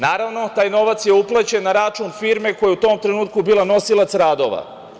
Naravno, taj novac je uplaćen na račun firme koja je u tom trenutku bila nosilac radova.